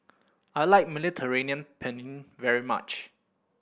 I like Mediterranean Penne very much